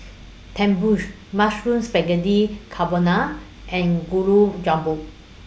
Tenmusu Mushroom Spaghetti Carbonara and Gulab Jamun